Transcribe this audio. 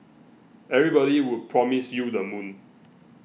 everybody would promise you the moon